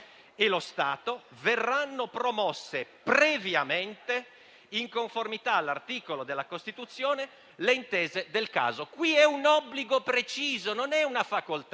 lo Stato, verranno promosse, previamente in conformità all'articolo 8 della Costituzione, le intese del caso». Questo è un obbligo preciso, e non una facoltà.